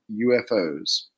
UFOs